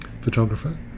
photographer